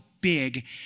big